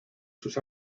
sus